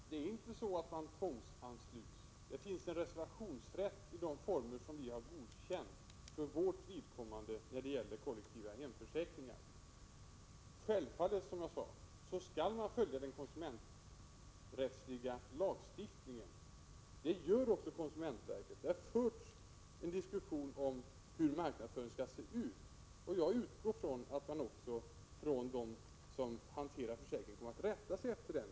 Herr talman! Det är inte så att man tvångsansluts. Det finns en reservationsrätt i de former som vi har godkänt för vårt vidkommande när det gäller kollektiva hemförsäkringar. Självfallet skall man följa den konsumenträttsliga lagstiftningen. Det gör också konsumentverket. Det har förts en diskussion om hur marknadsföringen skall vara utformad, och jag utgår också från att de som hanterar försäkringarna kommer att rätta sig efter vad som framkommit vid dessa diskussioner.